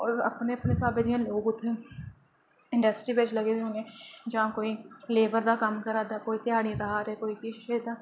और अपने अपने स्हाबै दियां न ओह् कुत्थै इंड्रसट्री बिच लगे दे होने जां कोई लेबर दा कम्म करा दा कोई धेआड़ियां ला दे कोई